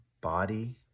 body